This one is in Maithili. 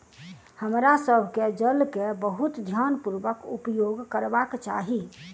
हमरा सभ के जल के बहुत ध्यानपूर्वक उपयोग करबाक चाही